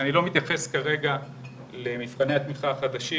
אני לא מתייחס כרגע למבחני התמיכה החדשים